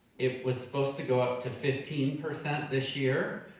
it was supposed to go up to fifteen percent this year,